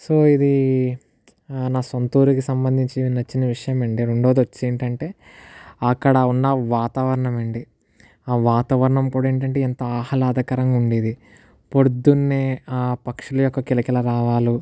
so ఇది నా సొంత ఊరికి సంబంధించిన నచ్చిన విషయం ఏంటి రెండోది వచ్చేసి ఏంటంటే అక్కడ ఉన్న వాతావరణం అండీ ఆ వాతావరణం కూడా ఏంటంటే ఎంత ఆహ్లాదకరంగా ఉండేది ప్రొద్దున్నే ఆ పక్షుల యొక్క కిలకిలా రాగాలు